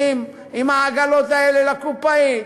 מגיעים עם העגלות האלה לקופאי.